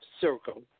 circle